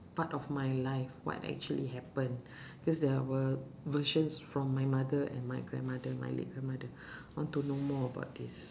part of my life what actually happen because there were versions from my mother and my grandmother my late grandmother I want to know more about this